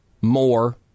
more